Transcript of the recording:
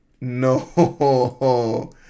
No